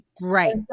Right